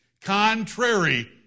contrary